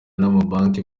n’amabanki